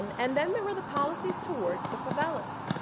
um and then there were the policies towards the favelas.